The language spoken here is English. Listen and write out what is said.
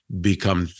become